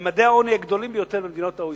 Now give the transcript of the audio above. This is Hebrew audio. ממדי העוני הגדולים ביותר במדינות ה-OECD,